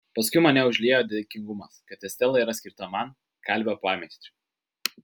paskui mane užliejo dėkingumas kad estela yra skirta man kalvio pameistriui